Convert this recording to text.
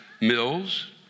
Mills